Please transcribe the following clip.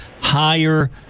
higher